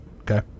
okay